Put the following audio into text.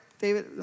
David